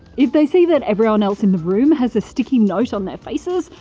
if they see that everyone else in the room has a sticky note on their faces,